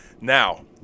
now